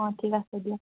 অঁ ঠিক আছে দিয়া